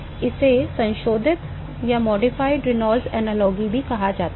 इसे संशोधित रेनॉल्ड्स सादृश्य भी कहा जाता है